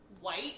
white